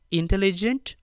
intelligent